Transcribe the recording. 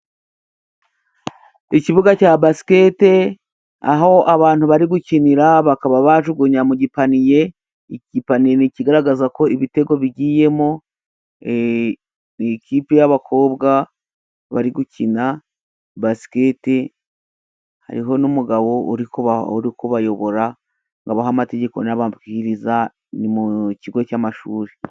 Ikibuga cya basikete aho abantu bari gukinira bakaba bajugunya mu gipaniye, iki gipaniye kigaragaza ko ibitego bigiyemo, iyi kipe y'abakobwa bari gukina basikete hariho n'umugabo uri kubayobora ngo abahe amategeko n'amabwiriza ni mu kigo cy'amashuri.